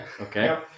Okay